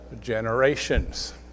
Generations